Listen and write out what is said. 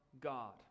God